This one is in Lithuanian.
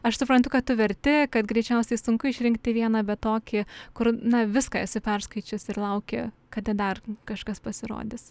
aš suprantu kad tu verti kad greičiausiai sunku išrinkti vieną bet tokį kur na viską esi perskaičius ir lauki kada dar kažkas pasirodys